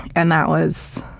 and that was,